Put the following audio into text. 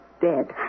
dead